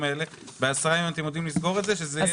האם בעשרה ימים תדעו לסגור את כל זה?